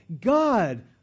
God